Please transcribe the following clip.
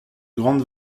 grande